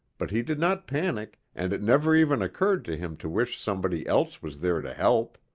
but he did not panic and it never even occurred to him to wish somebody else was there to help.